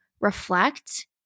reflect